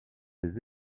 des